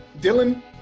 Dylan